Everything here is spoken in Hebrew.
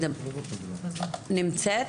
בבקשה.